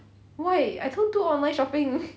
why I can't do online shopping